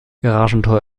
garagentor